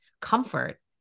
comfort